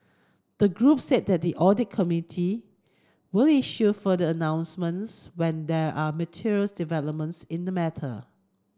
the group said that the audit committee will issue further announcements when there are material developments in the matter